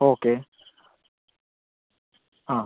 okay ആ